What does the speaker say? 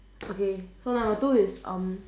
okay so number two is um